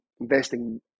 investing